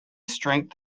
strength